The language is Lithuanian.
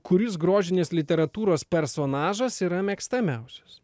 kuris grožinės literatūros personažas yra mėgstamiausias